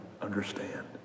understand